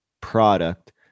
product